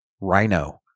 Rhino